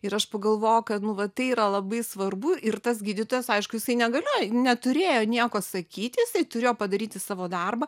ir aš pagalvojau kad nu va tai yra labai svarbu ir tas gydytojas aišku jisai negalėjo neturėjo nieko sakyti jisai turėjo padaryti savo darbą